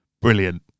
Brilliant